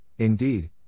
Indeed